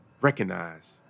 recognize